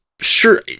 sure